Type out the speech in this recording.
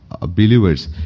believers